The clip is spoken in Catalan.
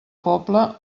poble